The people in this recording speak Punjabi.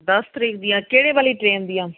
ਦਸ ਤਾਰੀਖ ਦੀਆਂ ਕਿਹੜੇ ਵਾਲੀ ਟ੍ਰੇਨ ਦੀਆਂ